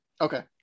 Okay